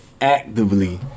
Actively